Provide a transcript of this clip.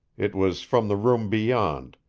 it was from the room beyond,